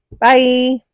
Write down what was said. Bye